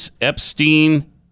Epstein